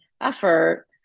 effort